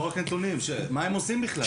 לא רק נתונים; מה הם עושים, בכלל?